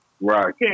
right